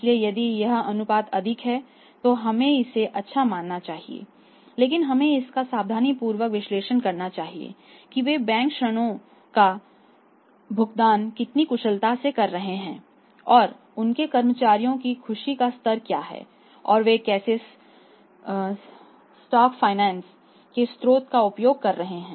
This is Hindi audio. इसलिए यदि यह अनुपात अधिक है तो हमें इसे अच्छा मानना चाहिए लेकिन हमें इसका सावधानीपूर्वक विश्लेषण करना चाहिए कि वे बैंक ऋणों का भुगतान कितनी कुशलता से कर रहे हैं और उनके कर्मचारियों की खुशी का स्तर क्या है और वे कैसे शॉट फाइनेंस के स्रोत का उपयोग कर रहे हैं